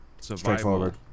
straightforward